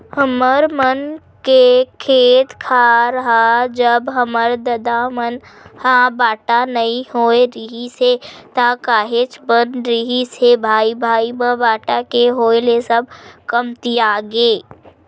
हमर मन के खेत खार ह जब हमर ददा मन ह बाटा नइ होय रिहिस हे ता काहेच कन रिहिस हे भाई भाई म बाटा के होय ले सब कमतियागे